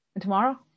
Tomorrow